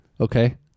okay